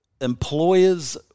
employers